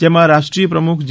જેમાં રાષ્ટ્રીય પ્રમુખ જે